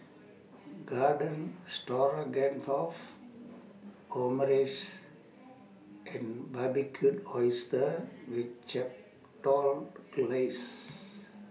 Garden Stroganoff Omurice and Barbecued Oysters with Chipotle Glaze